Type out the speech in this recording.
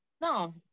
No